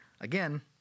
Again